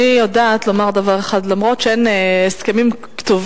אני יודעת לומר דבר אחד: אף-על-פי שאין הסכמים כתובים,